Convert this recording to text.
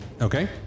Okay